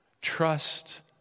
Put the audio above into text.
trust